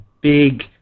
big